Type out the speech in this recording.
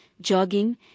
jogging